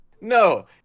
No